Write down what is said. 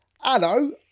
hello